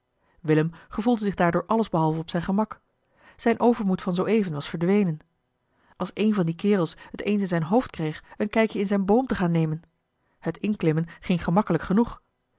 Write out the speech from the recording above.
willem gevoelde zich daardoor alles behalve op zijn gemak zijn overmoed van zooeven was verdwenen als een van die kerels het eens in zijn hoofd kreeg een kijkje in zijn boom te gaan nemen het inklimmen ging gemakkelijk genoeg